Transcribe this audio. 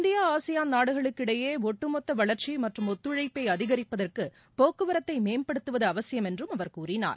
India ஆசியாள் நாடுகளுக்கு இடையே ஒட்டுமொத்த வளர்ச்சி மற்றும் ஒத்துழைப்பை அதிகரிப்பதற்கு போக்குவரத்தை மேம்படுத்துவது அவசியம் என்று அவர் கூறினார்